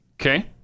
Okay